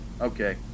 Okay